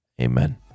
Amen